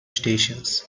stations